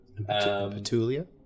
Petulia